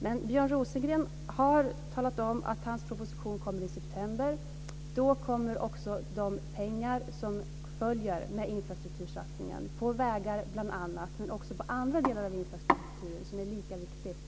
Men Björn Rosengren har talat om att hans proposition kommer i september. Då kommer också de pengar som följer med infrastruktursatsningen. Det gäller vägar bl.a. men också andra delar av infrastrukturen som är lika viktiga.